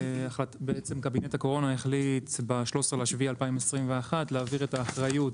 קבינט הקורונה החליט ב-13.7.2021 להעביר את האחריות